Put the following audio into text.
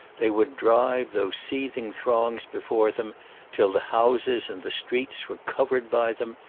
they would drive those seething throngs before them till the houses and the streets were covered by them,